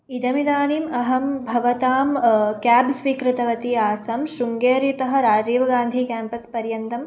इदमिदानीम् अहं भवतां क्याब् स्वीकृतवती आसं शृङ्गेरीतः राजीव्गान्धी क्याम्पस् पर्यन्तं